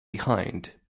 behind